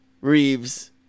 Reeves